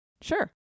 Sure